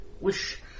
Wish